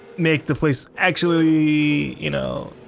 make the place actually. you know.